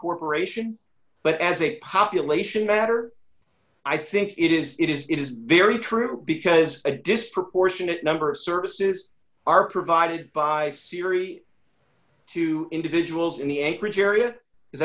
corporation but as a population matter i think it is it is it is very true because a disproportionate number of services are provided by siri to individuals in the anchorage area